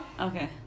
Okay